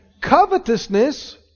Covetousness